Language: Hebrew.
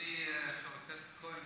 אדוני חבר הכנסת כהן,